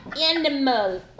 Animal